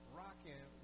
rocking